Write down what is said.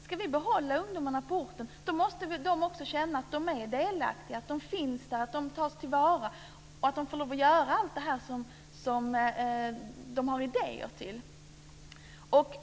Ska man behålla ungdomarna på orten måste de också känna att de är delaktiga, att de finns där, att de tas till vara och att de får lov att göra allt det de har idéer till.